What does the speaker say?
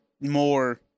more